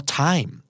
time